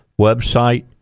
website